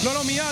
לא, לא, מייד.